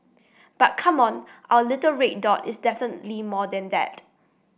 but come on our little red dot is definitely more than that